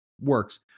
works